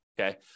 Okay